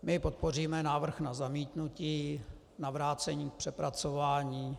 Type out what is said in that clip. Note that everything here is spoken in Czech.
My podpoříme návrh na zamítnutí, na vrácení k přepracování.